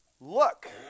Look